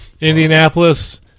Indianapolis